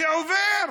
זה עובר.